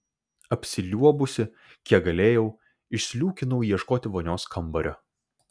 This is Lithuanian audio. apsiliuobusi kiek galėjau išsliūkinau ieškoti vonios kambario